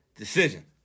Decision